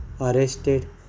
arrested